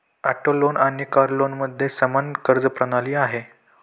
auto loan आणि car लोनमध्ये समान कर्ज प्रणाली आहे